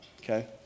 Okay